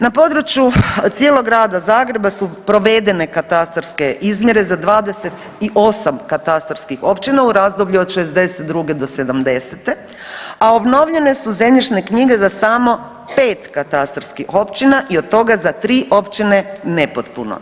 Na području cijelog Grada Zagreba su provedene katastarske izmjere za 28 katastarskih općina, u razdoblju od '62. do '70., a obnovljene su zemljišne knjige za samo 5 katastarskih općina i od toga za 3 općine nepotpuno.